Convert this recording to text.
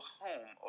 home